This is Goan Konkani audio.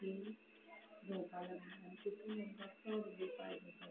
आमी ती घेवपाक लागली आनी तितूंत आमकां चड म्हणचे